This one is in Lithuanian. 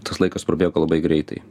tas laikas prabėgo labai greitai